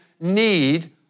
need